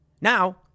Now